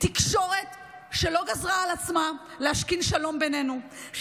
תקשורת שלא גזרה על עצמה להשכין שלום בינינו,